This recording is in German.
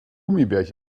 gummibärchen